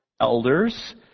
elders